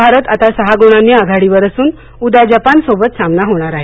भारत आता सहा गुणांनी आघाडीवर असून उद्या जपानसोबत सामना होणार आहे